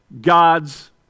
God's